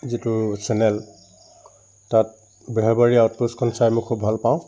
যিটো চেনেল তাত বেহৰবাৰী আউটপষ্টখন চাই মই খুব ভাল পাওঁ